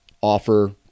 offer